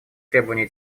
требования